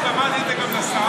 ואמרתי את זה גם לשר,